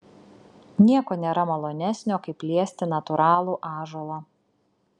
nieko nėra malonesnio kaip liesti natūralų ąžuolą